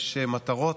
יש מטרות,